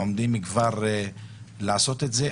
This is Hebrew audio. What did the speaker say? עומדים כבר לעשות את זה,